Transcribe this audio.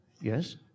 yes